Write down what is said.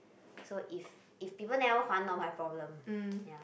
so if if people never 还 not my problem ya